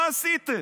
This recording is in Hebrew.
מה עשיתם?